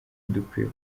dukwiye